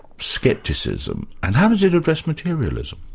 scepticism, and how does it address materialism?